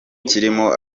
kirimo